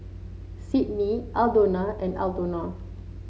Sydnee Aldona and Aldona